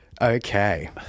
Okay